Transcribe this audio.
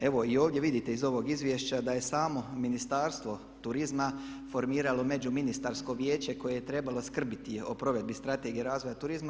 Evo i ovdje vidite iz ovog izvješća da je samo Ministarstvo turizma formiralo Međuministarsko vijeće koje je trebalo skrbiti o provedbi Strategije razvoja turizma.